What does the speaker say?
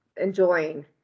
enjoying